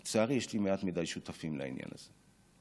לצערי, יש לי מעט מדי שותפים לעניין הזה.